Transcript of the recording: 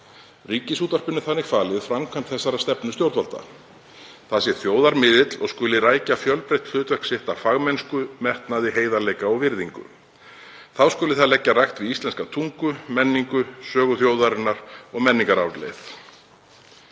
Ríkisútvarpinu er þannig falin framkvæmd þessarar stefnu stjórnvalda. Það sé þjóðarmiðill og skuli rækja fjölbreytt hlutverk sitt af fagmennsku, metnaði, heiðarleika og virðingu. Þá skuli það leggja rækt við íslenska tungu, menningu, sögu þjóðarinnar og menningararfleifð.